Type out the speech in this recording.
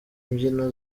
imbyino